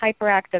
hyperactive